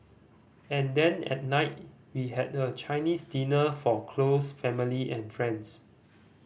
and then at night we had a Chinese dinner for close family and friends